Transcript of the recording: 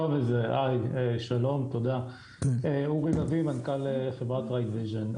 שלום ותודה, שמי אורי לביא, מנכ"ל חברת redvision.